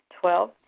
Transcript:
Twelve